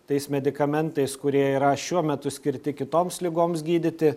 tais medikamentais kurie yra šiuo metu skirti kitoms ligoms gydyti